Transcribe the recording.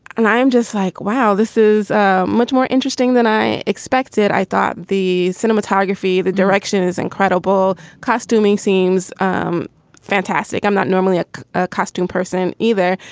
and i am just like, wow, this is much more interesting than i expected. i thought the cinematography, the direction is incredible. costuming seems um fantastic. i'm not normally a ah costume person either,